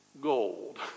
Gold